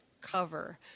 cover